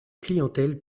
clientèle